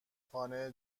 خانه